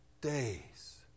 days